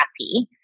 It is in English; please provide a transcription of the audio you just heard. happy